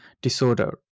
disorder